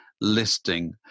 listing